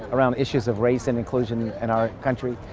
around issues of race and inclusion in our country,